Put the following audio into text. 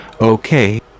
Okay